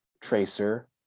Tracer